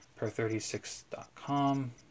per36.com